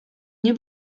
nie